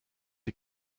die